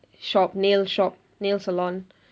shop nail shop nail salon